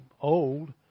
old